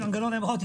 אין מנגנון בחוק.